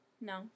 no